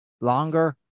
longer